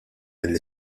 mill